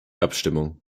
abstimmung